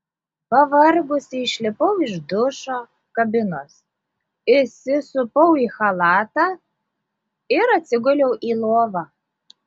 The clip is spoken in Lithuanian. pavargusi išlipau iš dušo kabinos įsisupau į chalatą ir atsiguliau į lovą